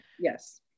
Yes